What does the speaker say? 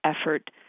effort